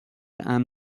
امن